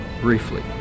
briefly